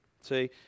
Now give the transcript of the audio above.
See